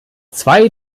zwei